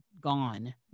gone